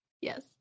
Yes